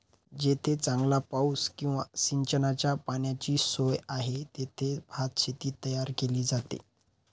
जेथे चांगला पाऊस किंवा सिंचनाच्या पाण्याची सोय आहे, तेथे भातशेती तयार केली जाते